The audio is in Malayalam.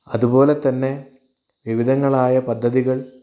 അതുപോലെത്തന്നെ വിവിധങ്ങളായ പദ്ധതികൾ